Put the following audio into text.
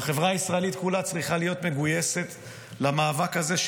והחברה הישראלית כולה צריכה להיות מגויסת למאבק הזה,